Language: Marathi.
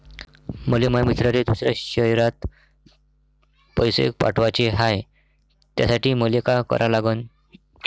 मले माया मित्राले दुसऱ्या शयरात पैसे पाठवाचे हाय, त्यासाठी मले का करा लागन?